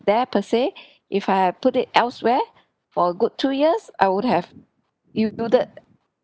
there per se if I had put it elsewhere for a good two years I would have yield yielded